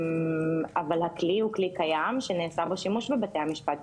אבל הכלי הוא כלי קיים שנעשה בו שימוש בבתי המשפט,